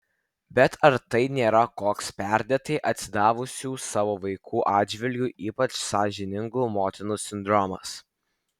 bet ar tai nėra koks perdėtai atsidavusių savo vaikų atžvilgiu ypač sąžiningų motinų sindromas